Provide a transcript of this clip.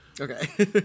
Okay